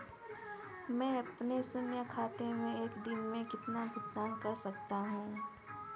मैं अपने शून्य खाते से एक दिन में कितना भुगतान कर सकता हूँ?